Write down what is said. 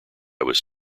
was